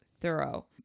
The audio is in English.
thorough